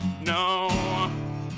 no